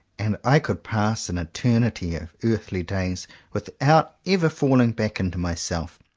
and i could pass an eternity of earthly days without ever falling back into myself.